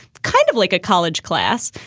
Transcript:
kind of like a college class.